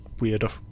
weird